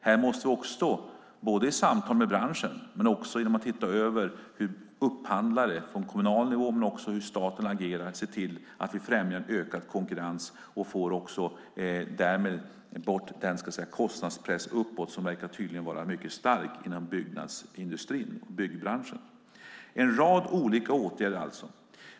Här måste vi både i samtal med branschen och genom att titta över hur upphandlare på kommunal nivå och i staten agerar se till att vi främjar en ökad konkurrens. Därmed kan vi få bort den kostnadspress uppåt som tydligen är mycket stark inom byggnadsindustrin och byggbranschen. Vi har alltså vidtagit en rad olika åtgärder.